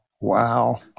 Wow